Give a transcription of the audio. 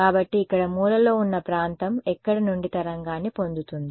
కాబట్టి ఇక్కడ మూలలో ఉన్న ప్రాంతం ఎక్కడ నుండి తరంగాన్ని పొందుతుంది